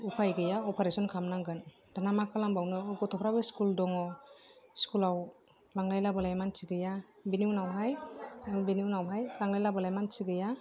उफाय गैया अपारेसन खालामनांगोन दाना मा खालामबावनो गथ'फ्राबो स्कुल दं स्कुलाव लांलाय लाबोलाय मानसि गैया बेनि उनावहाय बेनि उनावहाय लांलाय लाबोलाय मानसि गैया